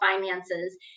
finances